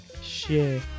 share